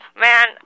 man